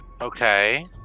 Okay